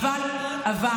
עוד פעם